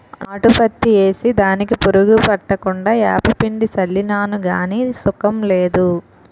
నాటు పత్తి ఏసి దానికి పురుగు పట్టకుండా ఏపపిండి సళ్ళినాను గాని సుకం లేదు